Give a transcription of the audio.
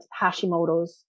Hashimoto's